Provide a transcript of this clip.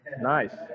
Nice